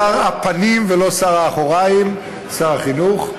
שר הפנים ולא שר האחוריים, שר החינוך.